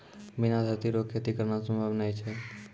बिना धरती रो खेती करना संभव नै छै